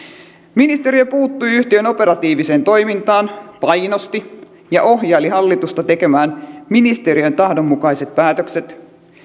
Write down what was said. ministeriö puuttui yhtiön operatiiviseen toimintaan painosti ja ohjaili hallitusta tekemään ministeriön tahdon mukaiset päätökset